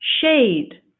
shade